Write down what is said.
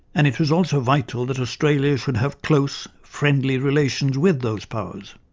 and it was also vital that australia should have close, friendly relations with those powers.